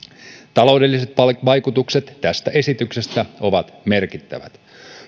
taloudelliset vaikutukset tästä esityksestä ovat merkittävät